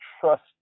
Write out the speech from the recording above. trust